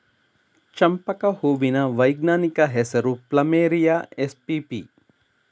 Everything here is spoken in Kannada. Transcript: ಚಂಪಕ ಹೂವಿನ ವೈಜ್ಞಾನಿಕ ಹೆಸರು ಪ್ಲಮೇರಿಯ ಎಸ್ಪಿಪಿ